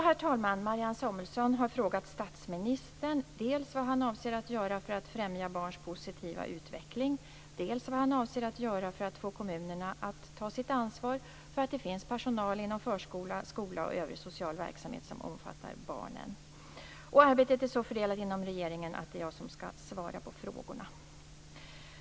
Herr talman! Marianne Samuelsson har frågat statsministern dels vad han avser att göra för att främja barns positiva utveckling, dels vad han avser att göra för att få kommuner att ta sitt ansvar för att det finns personal inom förskola, skola och övrig social verksamhet som omfattar barnen. Arbetet är så fördelat inom regeringen att det är jag som skall svara på frågorna.